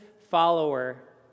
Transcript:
follower